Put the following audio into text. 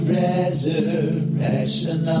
resurrection